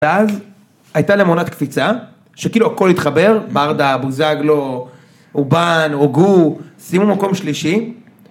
‫ואז הייתה למונת קפיצה, ‫שכאילו הכול התחבר, ‫ברדה, בוזגלו, אובן, הוגו, ‫שימו מקום שלישי.